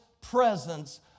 presence